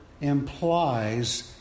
implies